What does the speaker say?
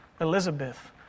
Elizabeth